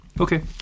Okay